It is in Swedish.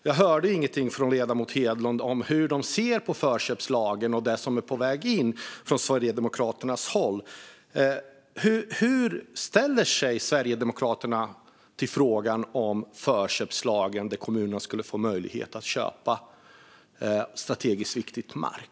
Jag hörde ingenting från ledamoten Hedlund om hur man från Sverigedemokraternas håll ser på förköpslagen och det som är på väg in. Hur ställer sig Sverigedemokraterna till frågan om förköpslagen, där kommunerna skulle få möjlighet att med förtur köpa strategiskt viktig mark?